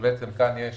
בעצם כאן יש